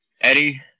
Eddie